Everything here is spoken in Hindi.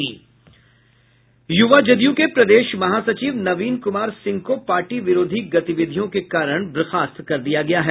यूवा जदयू के प्रदेश महासचिव नवीन कुमार सिंह को पार्टी विरोधी गतिविधियों के कारण बर्खास्त कर दिया गया है